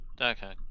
Okay